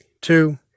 Two